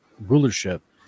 rulership